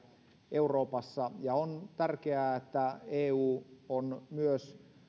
euroopassa ja on tärkeää että eu on myös